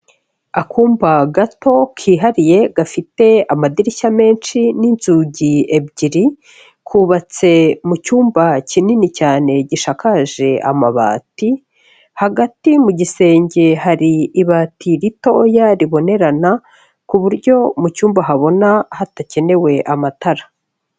Akumba gato kihariye gafite amadirishya menshi n'inzugi ebyiri, kubabatse mu cyumba kinini cyane gishakaje amabati, hagati mu gisenge hari ibati ritoya ribonerana ku buryo mu cyumba habona hadakenewe amatara.